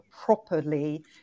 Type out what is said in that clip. properly